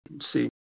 See